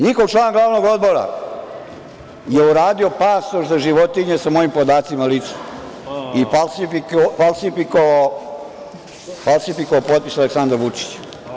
NJihov član glavnog odbora je uradio pasoš za životinje sa mojim ličnim podacima i falsifikovao potpis Aleksandra Vučića.